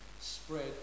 spread